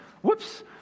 whoops